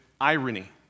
irony